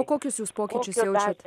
o kokius jūs pokyčius jaučiat